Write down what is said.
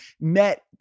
met